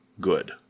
good